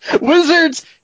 wizards